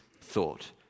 thought